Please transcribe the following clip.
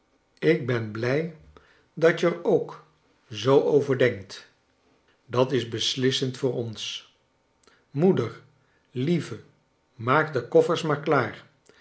ik ben blij dat je er ook zoo over denkt dat is beslissend voor ons moeder lieve maak de koffers maar klaar